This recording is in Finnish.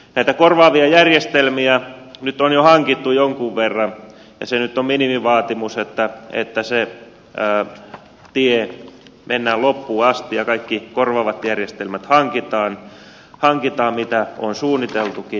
näitä korvaavia järjestelmiä nyt on hankittu jo jonkun verran ja se nyt on minimivaatimus että se tie mennään loppuun asti ja kaikki korvaavat järjestelmät hankitaan mitä on suunniteltukin